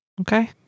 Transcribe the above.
Okay